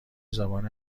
زبان